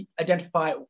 identify